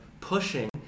pushing